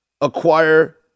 acquire